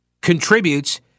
contributes